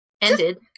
ended